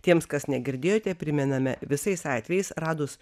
tiems kas negirdėjote primename visais atvejais radus